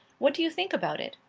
what do you think about it?